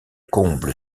comble